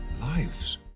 lives